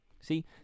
See